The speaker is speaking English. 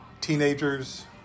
teenagers